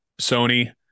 sony